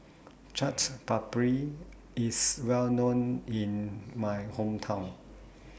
Chaat Papri IS Well known in My Hometown